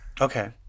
Okay